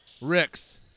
Ricks